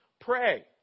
pray